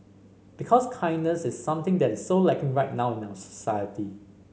because kindness is something that is so lacking right now in our society